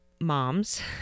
moms